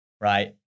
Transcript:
Right